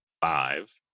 five